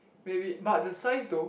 maybe but the size though